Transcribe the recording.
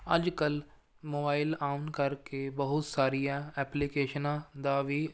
ਅੱਜ ਕੱਲ੍ਹ ਮੋਬਾਈਲ ਆਉਣ ਕਰਕੇ ਬਹੁਤ ਸਾਰੀਆਂ ਐਪਲੀਕੇਸ਼ਨਾਂ ਦਾ ਵੀ